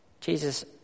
Jesus